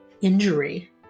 injury